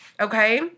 okay